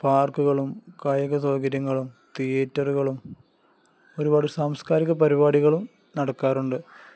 പാർക്കുകളും കായിക സൗകര്യങ്ങളും തിയേറ്ററുകളും ഒരുപാട് സാംസ്കാരിക പരിപാടികളും നടക്കാറുണ്ട്